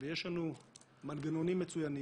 דברים מסווגים